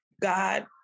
God